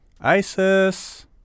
Isis